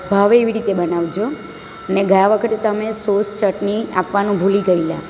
ભાવે એવી રીતે બનાવજો અને ગયા વખતે તમેં સોસ ચટણી આપવાનું ભૂલી ગયેલા